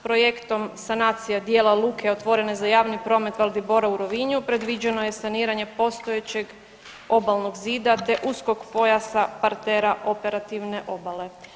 Projektom sanacije djela luke otvorene za javni promet Valdibora u Rovinju predviđeno je saniranje postojećeg obalnog zida te uskog pojasa partera operativne obale.